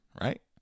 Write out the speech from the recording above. right